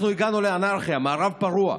אנחנו הגענו לאנרכיה, מערב פרוע.